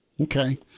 Okay